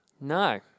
No